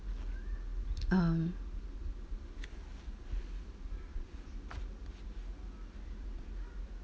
um